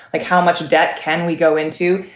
like how much debt can we go into?